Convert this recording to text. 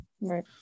right